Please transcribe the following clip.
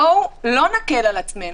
בואו לא נקל על עצמנו.